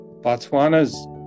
Botswana's